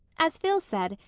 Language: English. as phil said,